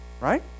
Right